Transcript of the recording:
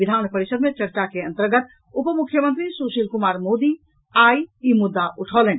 विधान परिषद् मे चर्चा के अंतर्गत उप मुख्यमंत्री सुशील कुमार मोदी आइ ई मुद्दा उठौलनि